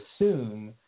assume